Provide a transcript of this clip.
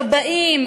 כבאים,